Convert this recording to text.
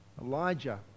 Elijah